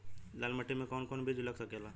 लाल मिट्टी में कौन कौन बीज लग सकेला?